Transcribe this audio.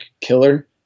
killer